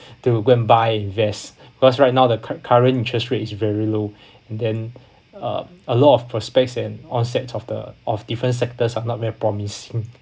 then I will go and buy and invest because right now the cur~ current interest rates is very low and then uh a lot of prospects and onset of the of different sectors are not very promising